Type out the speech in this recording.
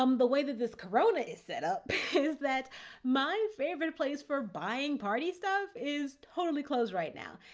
um but way that this corona is set up is that my favorite place for buying party stuff is totally closed right now.